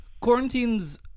Quarantine's